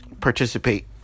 participate